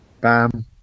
Bam